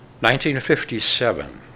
1957